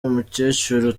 umukecuru